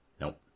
Nope